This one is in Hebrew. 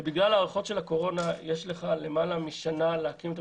ובגלל ההארכות של הקורונה יש לך למעלה משנה להקים מתקנים.